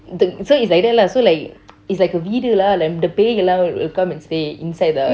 the so it's like that lah so like it's like a veedu lah the பேய்கள் எல்லாம்:peykal ellam will come and stay inside the